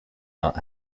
not